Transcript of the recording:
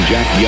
Jack